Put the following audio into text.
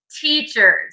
Teachers